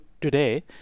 today